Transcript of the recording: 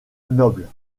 noble